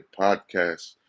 podcasts